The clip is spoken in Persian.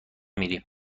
میری